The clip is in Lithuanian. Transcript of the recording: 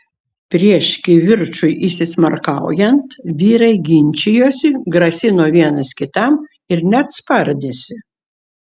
prieš kivirčui įsismarkaujant vyrai ginčijosi grasino vienas kitam ir net spardėsi